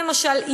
למשל,